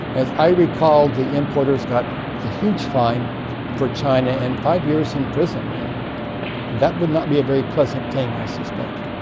as i recall the importers got a huge fine for china and five years in prison. and that would not be a very pleasant thing, i suspect.